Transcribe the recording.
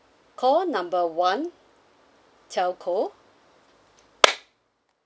call number one telco